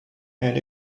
and